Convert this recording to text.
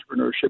entrepreneurship